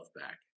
back